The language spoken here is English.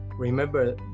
Remember